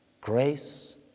grace